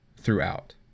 throughout